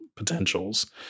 potentials